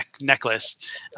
necklace